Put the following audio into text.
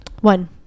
One